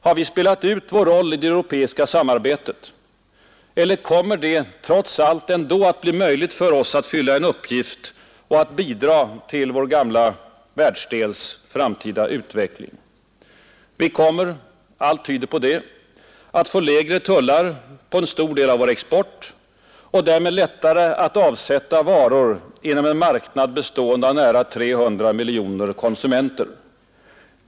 Har vi spelat ut vår roll i det europeiska samarbetet? Eller kommer det trots allt ändå att bli möjligt för oss att fylla en uppgift och att bidraga till vår gamla världsdels framtida utveckling? Vi kommer — allt tyder på det — att få lägre tullar på en stor del av vår export och därmed lättare att avsätta varor inom en marknad bestående av nära 300 miljoner konsumenter.